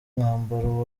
mwambaro